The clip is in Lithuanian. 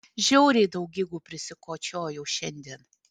žiauriai daug gigų parsikočiojau šiandien